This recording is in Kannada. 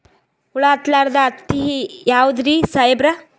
ಹುಳ ಹತ್ತಲಾರ್ದ ಹತ್ತಿ ಯಾವುದ್ರಿ ಸಾಹೇಬರ?